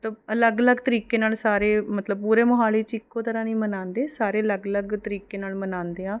ਅਲੱਗ ਅਲੱਗ ਤਰੀਕੇ ਨਾਲ ਸਾਰੇ ਮਤਲਬ ਪੂਰੇ ਮੋਹਾਲੀ 'ਚ ਇੱਕੋ ਤਰ੍ਹਾਂ ਨਹੀਂ ਮਨਾਉਂਦੇ ਸਾਰੇ ਅਲੱਗ ਅਲੱਗ ਤਰੀਕੇ ਨਾਲ ਮਨਾਉਂਦੇ ਆ